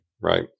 Right